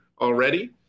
already